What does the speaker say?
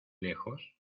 lejos